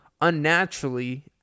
unnaturally